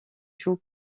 joue